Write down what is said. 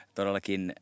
Todellakin